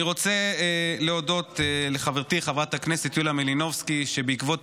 אני רוצה להודות לחברתי חברת הכנסת יוליה מלינובסקי על שבעקבות